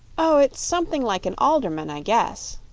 oh, it's something like an alderman, i guess.